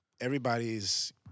everybody's